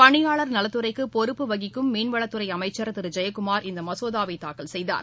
பணியாளர் நலத்துறைக்கு பொறுப்பு வகிக்கும் மீள்வளத்துறை அமைச்சர் திரு ஜெயக்குமார் இந்த மசோதாவை தாக்கல் செய்தார்